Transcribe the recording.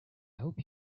hope